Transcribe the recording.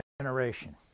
generation